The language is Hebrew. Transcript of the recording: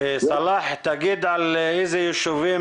סלאח, תגיד לאיזה ישובים